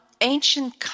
ancient